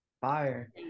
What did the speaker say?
fire